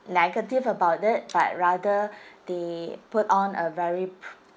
negative about it but rather they put on a very